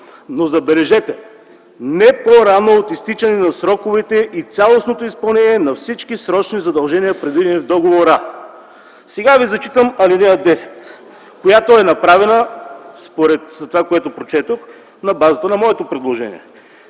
но, забележете, не по-рано от изтичане на сроковете и цялостното изпълнение на всички срочни задължения, предвидени в договора. Сега ви чeта ал. 10, която е направена според това, което прочетох - на базата на моето предложение.